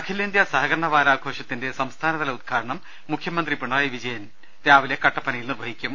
അഖിലേന്ത്യാ സഹകരണ വാരാഘോഷത്തിന്റെ സംസ്ഥാനതല ഉദ്ഘാടനം മുഖ്യമന്ത്രി പിണറായി വിജയൻ കട്ടപ്പനയിൽ നിർവ ഹിക്കും